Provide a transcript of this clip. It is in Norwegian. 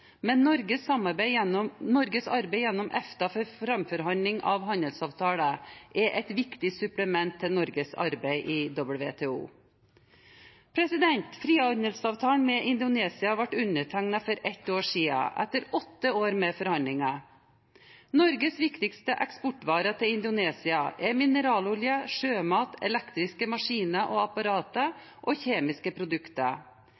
Norges arbeid gjennom EFTA for framforhandling av handelsavtaler er et viktig supplement til Norges arbeid i WTO. Frihandelsavtalen med Indonesia ble undertegnet for et år siden, etter åtte år med forhandlinger. Norges viktigste eksportvarer til Indonesia er mineralolje, sjømat, elektriske maskiner og